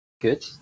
Good